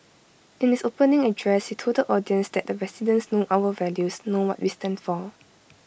in his opening address he told the audience that the residents know our values know what we stand for